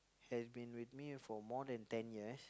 has been with me for more than ten years